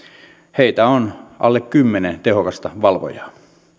heitä on alle kymmenen tehokasta valvojaa